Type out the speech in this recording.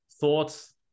thoughts